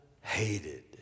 hated